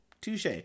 touche